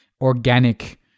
organic